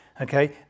Okay